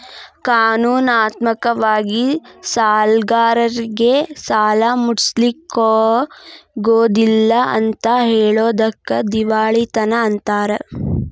ಕಾನೂನಾತ್ಮಕ ವಾಗಿ ಸಾಲ್ಗಾರ್ರೇಗೆ ಸಾಲಾ ಮುಟ್ಟ್ಸ್ಲಿಕ್ಕಗೊದಿಲ್ಲಾ ಅಂತ್ ಹೆಳೊದಕ್ಕ ದಿವಾಳಿತನ ಅಂತಾರ